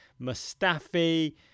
Mustafi